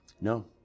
No